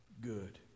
good